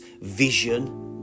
vision